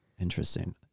Interesting